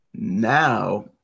Now